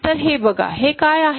तर हे बघा हे काय आहे